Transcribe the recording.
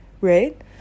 right